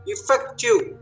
Effective